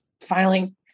filing